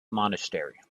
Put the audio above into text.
monastery